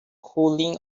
cooling